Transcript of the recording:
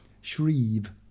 Shreve